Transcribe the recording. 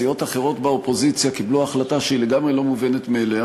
סיעות אחרות באופוזיציה קיבלו החלטה שהיא לגמרי לא מובנת מאליה,